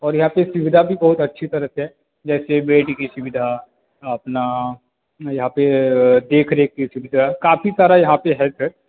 और यहाँ पर सुविधा भी बहुत अच्छी तरह से है जैसे बेड की सुविधा अपना यहाँ पर देख रेख की सुविधा काफ़ी तरह यहाँ पर हेल्प है